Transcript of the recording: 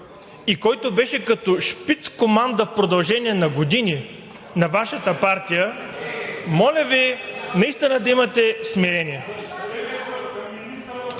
което беше като шпицкоманда в продължение на години на Вашата партия, моля Ви наистина да имате смирение.